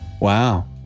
Wow